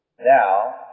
Now